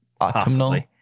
Autumnal